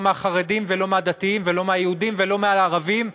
מהחרדים ולא מהדתיים ולא מהיהודים ולא מהערבים,